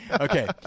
Okay